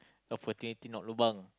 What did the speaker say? opportunity not lobang